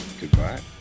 Goodbye